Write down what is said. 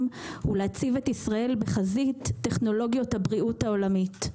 ולהציב את ישראל בחזית טכנולוגיות הבריאות העולמית.